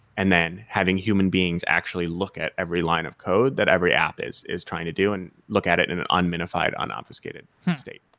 and then having human beings actually look at every line of code that every app is trying trying to do and look at it in an un-minified, un-obfuscated state.